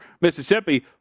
Mississippi –